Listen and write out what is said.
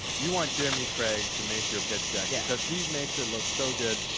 you want jeremy craig to make your pitch deck, yeah because he makes it look so good.